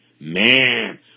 man